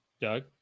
Doug